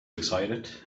excited